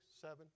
seven